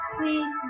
Please